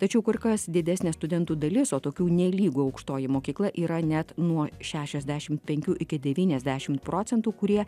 tačiau kur kas didesnė studentų dalis o tokių nelygu aukštoji mokykla yra net nuo šešiasdešim penkių iki devyniasdešim procentų kurie